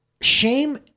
Shame